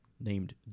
named